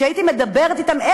כשהייתי מדברת אתם,